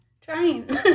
trying